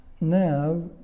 now